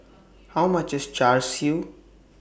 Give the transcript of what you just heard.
How much IS Char Siu